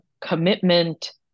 commitment